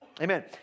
Amen